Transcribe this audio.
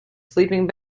sleeping